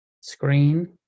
screen